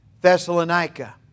Thessalonica